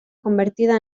convertida